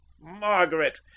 Margaret